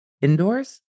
indoors